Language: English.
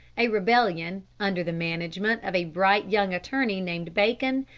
a rebellion, under the management of a bright young attorney named bacon,